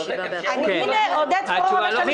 אם אתם אומרים שאצל כולם אותו דבר,